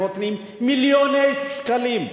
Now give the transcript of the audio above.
נותנים מיליוני שקלים,